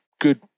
good